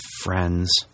friends